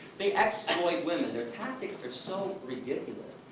they women. their tactics are so ridiculous.